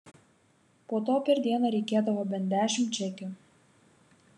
po to per dieną reikėdavo bent dešimt čekių